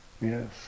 Yes